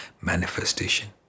manifestation